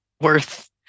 worth